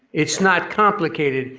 it's not complicated,